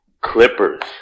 Clippers